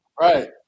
Right